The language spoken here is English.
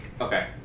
Okay